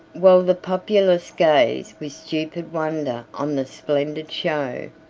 while the populace gazed with stupid wonder on the splendid show,